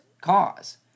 cause